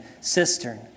cistern